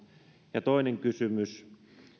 ja toinen kysymys